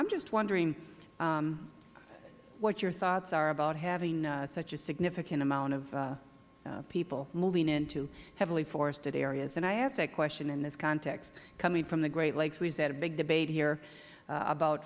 am just wondering what your thoughts are about having such a significant amount of people moving into heavily forested areas and i ask that question in this context coming from the great lakes we just had a big debate here about